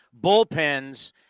bullpens